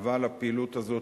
אבל הפעילות הזאת,